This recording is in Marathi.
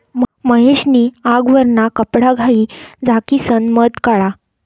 महेश नी आगवरना कपडाघाई झाकिसन मध काढा